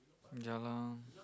ya lah